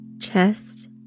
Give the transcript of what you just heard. chest